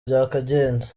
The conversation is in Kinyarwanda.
byakagenze